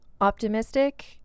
optimistic